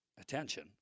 attention